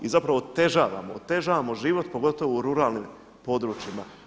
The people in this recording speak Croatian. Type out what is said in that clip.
I zapravo otežavamo, otežavamo život pogotovo u ruralnim područjima.